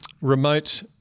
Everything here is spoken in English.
remote